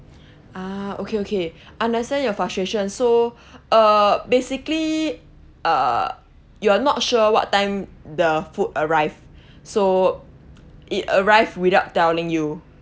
ah okay okay understand your frustration so uh basically uh you are not sure what time the food arrived so it arrived without telling you